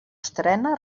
estrena